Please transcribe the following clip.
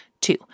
Two